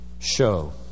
show